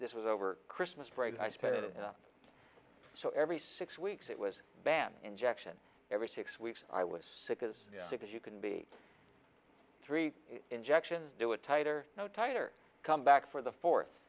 this was over christmas break i sped it up so every six weeks it was banned injection every six weeks i was sick as sick as you can be three injections do a tighter no tighter come back for the fourth